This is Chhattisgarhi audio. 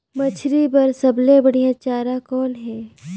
मछरी बर सबले बढ़िया चारा कौन हे?